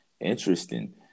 Interesting